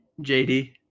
JD